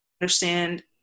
understand